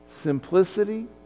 simplicity